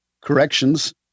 corrections